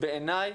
לפחות בעיניי.